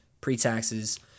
pre-taxes